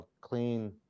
clean